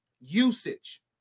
Usage